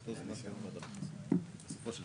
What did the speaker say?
אני מכיר את זה